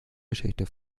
geschichte